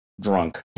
drunk